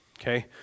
okay